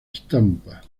estampa